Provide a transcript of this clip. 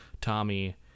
Tommy